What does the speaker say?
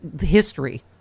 history